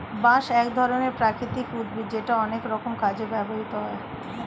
বাঁশ এক ধরনের প্রাকৃতিক উদ্ভিদ যেটা অনেক রকম কাজে ব্যবহৃত হয়